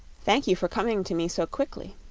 thank you for coming to me so quickly.